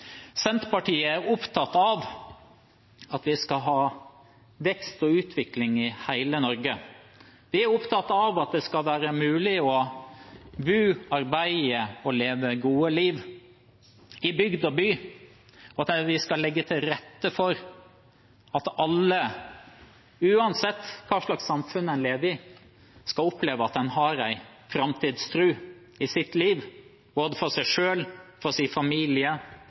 Senterpartiet er opptatt av at vi skal ha vekst og utvikling i hele Norge. Vi er opptatt av at det skal være mulig å bo, arbeide og leve et godt liv i bygd og by, og at vi skal legge til rette for at alle, uansett hva slags samfunn en lever i, skal oppleve at en har en framtidstro i sitt liv både for seg selv, for sin familie